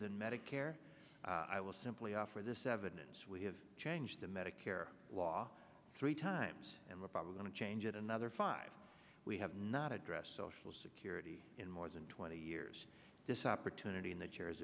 than medicare i will simply offer this evidence we have changed the medicare law three times and we're probably going to change it another five we have not addressed social security in more than twenty years this opportunity in th